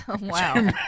Wow